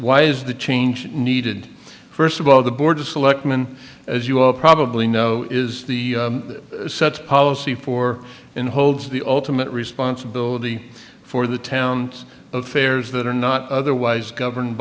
why is the change needed first of all the board of selectmen as you all probably know is the sets policy for in holds the ultimate responsibility for the town's affairs that are not otherwise governed